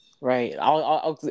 Right